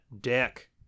dick